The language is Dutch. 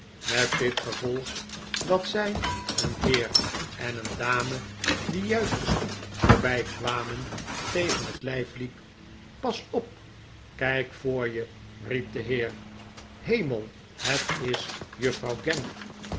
met dit gevolg dat zij een heer en een dame die juist de stoep voorbijkwamen tegen het lijf liep pas op kijk voor je riep de heer kernel het is juffrouw gamp